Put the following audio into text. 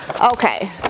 Okay